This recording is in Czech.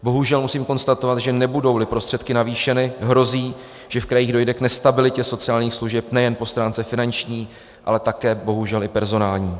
Bohužel musím konstatovat, že nebudouli prostředky navýšeny, hrozí, že v krajích dojde k nestabilitě sociálních služeb nejen po stránce finanční, ale také bohužel i personální.